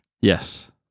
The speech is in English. Yes